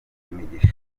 imigisha